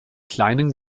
kleinen